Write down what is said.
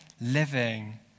living